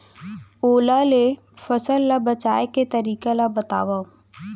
ओला ले फसल ला बचाए के तरीका ला बतावव?